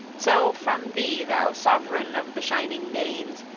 so, from thee, thou sovran of the shining-danes,